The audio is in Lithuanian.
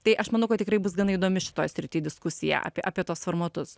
tai aš manau kad tikrai bus gana įdomi šitoj srity diskusija apie apie tuos formatus